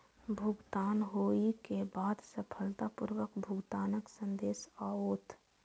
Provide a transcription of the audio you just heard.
भुगतान होइ के बाद सफलतापूर्वक भुगतानक संदेश आओत